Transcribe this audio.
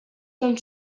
són